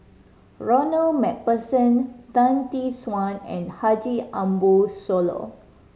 Ronald Macpherson Tan Tee Suan and Haji Ambo Sooloh